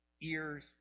ears